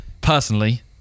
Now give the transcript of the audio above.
personally